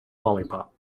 lollipop